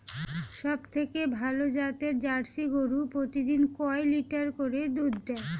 সবথেকে ভালো জাতের জার্সি গরু প্রতিদিন কয় লিটার করে দুধ দেয়?